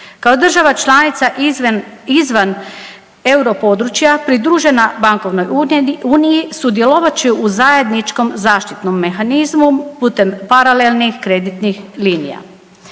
Kao država članica izvan euro područja pridružena bankovnoj uniji sudjelovat će u zajedničkom zaštitnom mehanizmu putem paralelnih kreditnih linija.